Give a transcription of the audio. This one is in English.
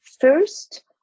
First